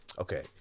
okay